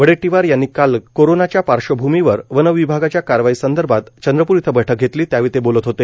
वडेट्टीवार यांनी काल कोरोना संदर्भात वनविभागाच्या कारवाई संदर्भात चंद्रपूर इथं बैठक घेतली त्यावेळी ते बोलत होते